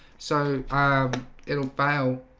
so i um it'll fail